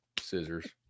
scissors